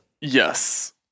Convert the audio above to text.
Yes